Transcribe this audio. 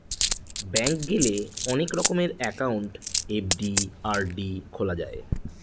bank গেলে অনেক রকমের একাউন্ট এফ.ডি, আর.ডি খোলা যায়